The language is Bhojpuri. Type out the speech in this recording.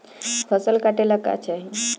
फसल काटेला का चाही?